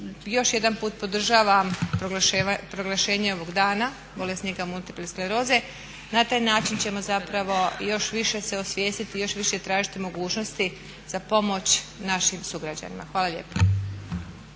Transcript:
još jedan put podržavam proglašenje ovog dana bolesnika multiple skleroze na taj način ćemo zapravo još više se osvijestiti, još više tražiti mogućnosti za pomoć našim sugrađanima. Hvala lijepa.